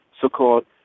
so-called